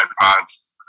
Pods